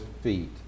feet